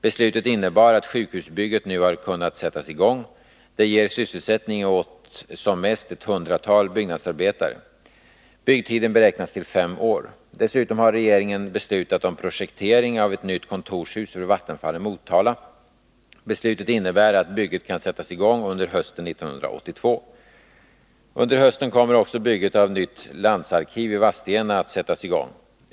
Beslutet innebar att sjukhusbygget nu har kunnat sättas i gång. Det ger sysselsättning åt som mest ett hundratal byggnadsarbetare. Byggtiden beräknas till fem år. Dessutom har regeringen beslutat om projektering av ett nytt kontorshus för Vattenfall i Motala. Beslutet innebär att bygget kan sättas i gång under hösten 1982. Under hösten kommer också byggandet av nytt landsarkiv i Vadstena att sättas i gång.